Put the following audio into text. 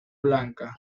blanca